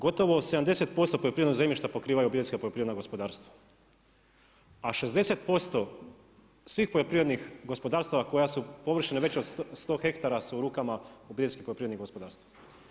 Gotovo 70% poljoprivrednog zemljišta pokrivaju obiteljska poljoprivredna gospodarstva, a 60% svih poljoprivrednih gospodarstava koja su površine veće od 100 ha su u rukama obiteljskih poljoprivrednih gospodarstava.